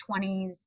20s